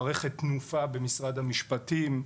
מערכת תנופה במשרד המשפטים,